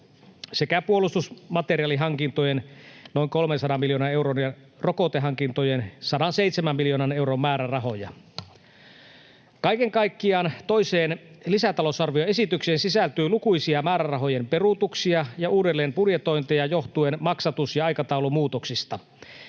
sekä puolustusmateriaalihankintojen noin 300 miljoonan euron ja rokotehankintojen 107 miljoonan euron määrärahoja. Kaiken kaikkiaan toiseen lisätalousarvioesitykseen sisältyy lukuisia määrärahojen peruutuksia ja uudelleenbudjetointeja johtuen maksatus- ja aikataulumuutoksista.